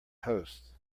host